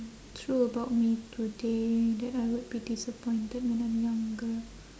true about me today that I would be disappointed when I'm younger